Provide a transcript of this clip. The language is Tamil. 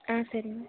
ஆ சரி மேம்